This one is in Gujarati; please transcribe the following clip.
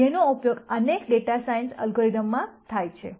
જેનો ઉપયોગ અનેક ડેટા સાયન્સ અલ્ગોરિધમ્સમાં થાય છે